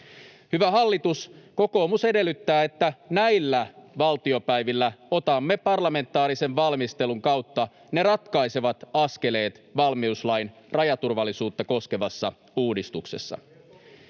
Hyvä hallitus, kokoomus edellyttää, että näillä valtiopäivillä otamme parlamentaarisen valmistelun kautta ne ratkaisevat askeleet valmiuslain rajaturvallisuutta koskevassa uudistuksessa.